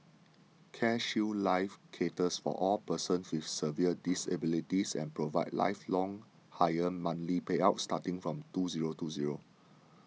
CareShield Life caters for all persons with severe disabilities and provides lifelong higher monthly payouts starting from two zero two zero